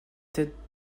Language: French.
tête